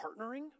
partnering